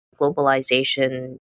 globalization